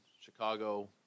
Chicago